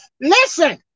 Listen